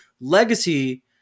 legacy